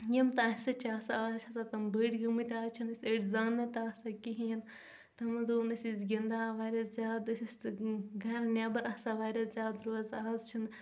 یِم تہٕ اسہِ چھِ آسان آز چھِ تِم آسان بٔڑۍ گٔمٕتۍ آز چھِ نہٕ أسۍ أڈۍ زانان تہٕ آسان کِہیٖنۍ تِمن دۄہن ٲسی أسۍ گِنٛدان واریاہ زیادٕ أسۍ تہٕ گرٕ نٮ۪بر آسان واریاہ زیادٕ روزان آز چھِنہٕ